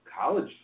college